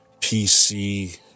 PC